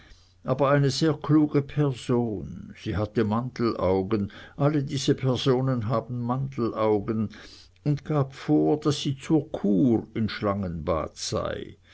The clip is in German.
aber eine sehr kluge person sie hatte mandelaugen alle diese personen haben mandelaugen und gab vor daß sie zur kur in schlangenbad sei